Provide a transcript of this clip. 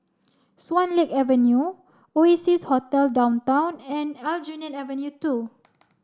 Swan Lake Avenue Oasia Hotel Downtown and Aljunied Avenue two